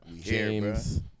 James